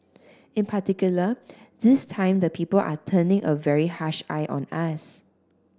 in particular this time the people are turning a very harsh eye on us